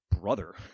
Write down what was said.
brother